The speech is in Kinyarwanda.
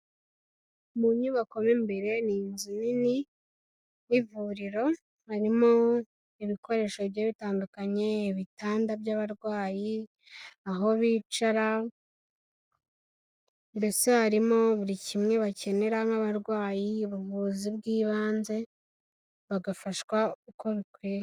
Mu nyubako mu imbere ni inzu nini y'ivuriro, harimo ibikoresho bigiye bitandukanye, ibitanda by'abarwayi, aho bicara mbese harimo buri kimwe bakenera nk'abarwayi, ubuvuzi bw'ibanze bagafashwa uko bikwiye.